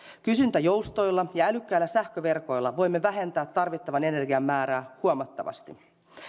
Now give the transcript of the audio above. kysyntäjoustoilla ja älykkäillä sähköverkoilla voimme vähentää tarvittavan energian määrää huomattavasti